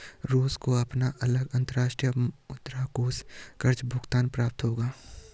रूस को अपना अगला अंतर्राष्ट्रीय मुद्रा कोष कर्ज़ भुगतान प्राप्त होगा